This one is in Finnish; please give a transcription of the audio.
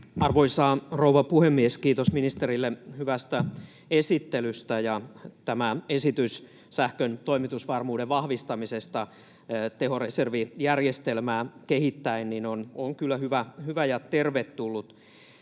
Arvoisa rouva puhemies! Kiitos ministerille hyvästä esittelystä. Tämä esitys sähkön toimitusvarmuuden vahvistamisesta tehoreservijärjestelmää kehittäen on kyllä hyvä ja tervetullut.